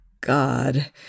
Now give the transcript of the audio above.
God